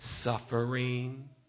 suffering